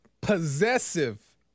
possessive